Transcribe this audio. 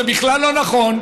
זה בכלל לא נכון,